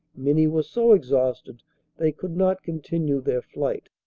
many were so exhausted they could not continue their flight.